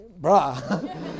bruh